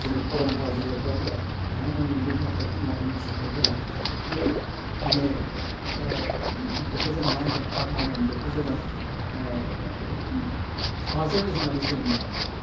जोंनि फरम फराजों लोब्बा गैया बिथांमोननि बे मेथाइ खन्नाय मोसानायफोरा बे माने बेखौ जों मा होनगोन फारमानेन बेखौ जोङो थाजोर होन्नानै जों बुंनो हायो